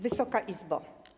Wysoka Izbo!